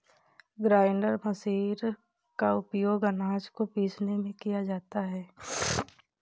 grinder machine का उपयोग आनाज को पीसने में किया जाता है